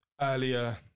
earlier